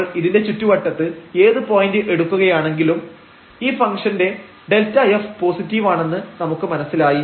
നമ്മൾ ഇതിന്റെ ചുറ്റുവട്ടത്ത് ഏത് പോയന്റ് എടുക്കുകയാണെങ്കിലും ഈ ഫംഗ്ഷന്റെ Δf പോസിറ്റീവ് ആണെന്ന് നമുക്ക് മനസ്സിലായി